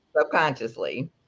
subconsciously